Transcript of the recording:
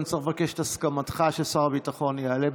אני צריך את הסכמתך ששר הביטחון יעלה,